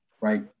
right